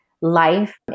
life